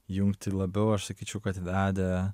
jungti labiau aš sakyčiau kad vedė